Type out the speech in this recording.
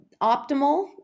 optimal